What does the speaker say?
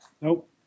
nope